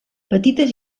petites